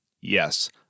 Yes